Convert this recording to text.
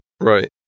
Right